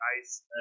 ice